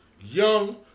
young